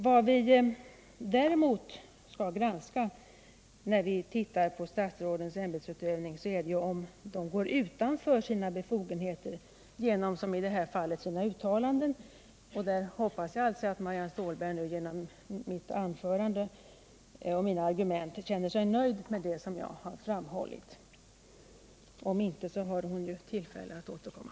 Vad vi däremot skall titta på när vi granskar statsrådens ämbetsutövning är om de gått utanför sina befogenheter genom, som i detta fall, sina uttalanden. Där hoppas jag att Marianne Stålberg nu känner sig nöjd med de argument som jag har framfört. Om inte har hon ju tillfälle att återkomma.